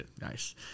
Nice